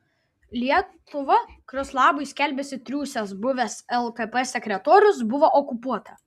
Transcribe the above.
lietuva kurios labui skelbiasi triūsęs buvęs lkp sekretorius buvo okupuota